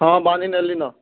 ହଁ ବାନ୍ଧିନେଲିନ